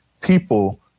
people